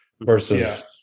versus